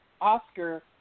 Oscar